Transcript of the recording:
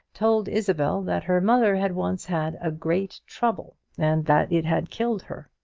told isabel that her mother had once had a great trouble, and that it had killed her.